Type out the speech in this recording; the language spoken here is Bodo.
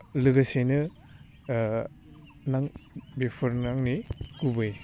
लोगोसेयैनो नां बिफोरनो आंनि गुबै